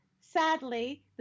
sadly